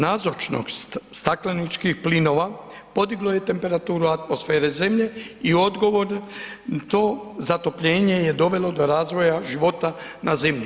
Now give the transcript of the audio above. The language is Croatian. Nazočnost stakleničkih plinova podiglo je temperaturu atmosfere Zemlje i odgovorno ... to zatopljenje je dovelo do razvoja života na Zemlji.